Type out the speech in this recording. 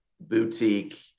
boutique